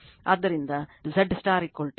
ಆದ್ದರಿಂದ Z Z ∆ 3